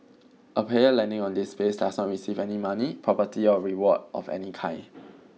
a player landing on this place does not receive any money property or reward of any kind